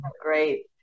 great